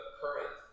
current